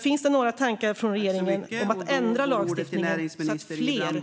Finns det några tankar hos regeringen om att ändra lagstiftningen så att fler kan ansöka om reflektionsperiod?